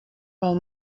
pel